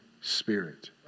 spirit